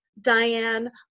Diane